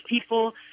people